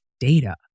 Data